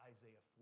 Isaiah